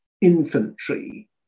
infantry